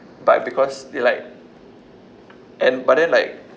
but because they like and but then like